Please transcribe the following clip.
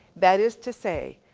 that is to say,